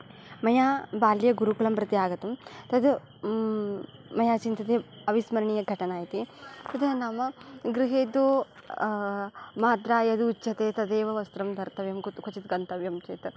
मया बाल्ये गुरुकुलं प्रति आगतं तद् मया चिन्त्यते अविस्मरणीयघटना इति तद् नाम गृहे तु मात्रा यदुच्यते तदेव वस्त्रं धर्तव्यं कुत् क्वचित् गन्तव्यं चेत्